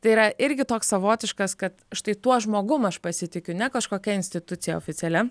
tai yra irgi toks savotiškas kad štai tuo žmogum aš pasitikiu ne kažkokia institucija oficialia